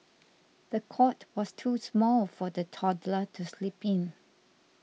the cot was too small for the toddler to sleep in